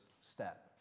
step